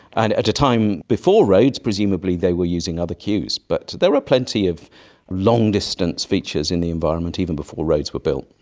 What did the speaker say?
and at a time before roads, presumably they were using other cues. but there are plenty of long distance features in the environment even before roads were built.